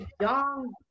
young